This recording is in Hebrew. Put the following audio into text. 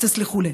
תסלחו לי,